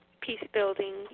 peace-building